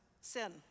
sin